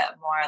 more